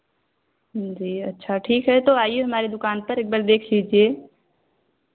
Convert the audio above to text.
जी अच्छा ठीक है तो आईए हमारी दुकान पर एक बार देख लीजिए